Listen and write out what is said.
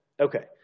Okay